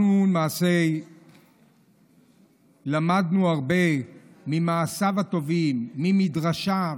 אנחנו למדנו הרבה ממעשיו הטובים, ממדרשיו,